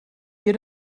you